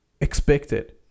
expected